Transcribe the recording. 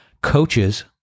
coaches